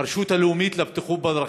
הרשות הלאומית לבטיחות בדרכים,